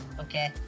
Okay